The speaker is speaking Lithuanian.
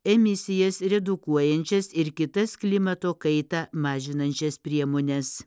emisijas redukuojančias ir kitas klimato kaitą mažinančias priemones